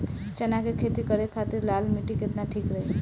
चना के खेती करे के खातिर लाल मिट्टी केतना ठीक रही?